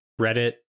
Reddit